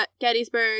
Gettysburg